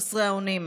חסרי האונים,